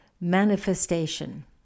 Manifestation